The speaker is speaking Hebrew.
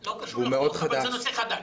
לא קשור לחוק, זה נושא חדש.